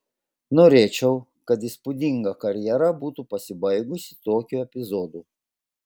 norėčiau kad įspūdinga karjera būtų pasibaigusi tokiu epizodu